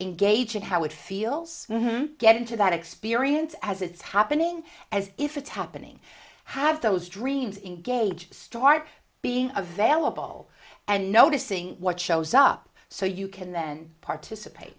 gauging how it feels get into that experience as it's happening as if it's happening have those dreams in gauge start being available and noticing what shows up so you can then participate